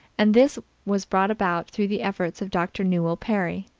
and this was brought about through the efforts of dr. newel perry,